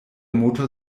motor